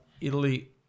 Italy